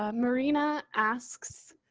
um marina asks,